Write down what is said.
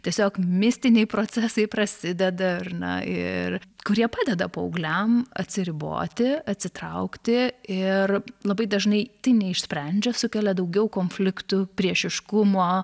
tiesiog mistiniai procesai prasideda ar ne ir kurie padeda paaugliam atsiriboti atsitraukti ir labai dažnai tai neišsprendžia sukelia daugiau konfliktų priešiškumo